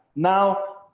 now,